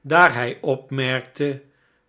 daar hij opmerkte